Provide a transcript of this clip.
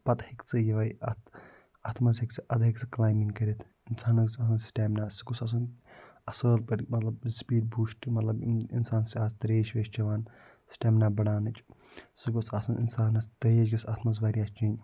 پَتہٕ ہیٚکہِ سُہ یہے اتھ اتھ مَنٛز ہیٚکہِ سُہ اَدٕ ہیٚکہِ سُہ کلایمبِنٛگ کٔرِتھ اِنسانَس گَژھِ آسُن سٹیمنا اصۭل پٲٹھۍ مَطلَب سپیٖڈ بوٗسٹ مَطلَب اِنسان چھ آز تریش ویش چَوان سٹیمنا بَڑاونچ سُہ گوٚژھ آسُن اِنسانَس تیگ یُس اتھ مَنٛز واریاہ چھُ